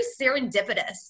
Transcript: serendipitous